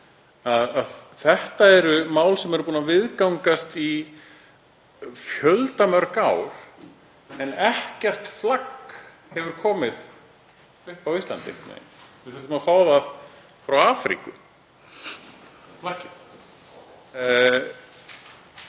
að þetta eru mál sem eru búin viðgangast í fjöldamörg ár en ekkert flagg hefur komið upp á Íslandi. Við þurftum að fá flaggið frá Afríku. Þá